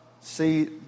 see